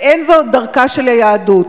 ואין זו דרכה של היהדות.